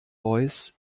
royce